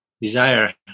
desire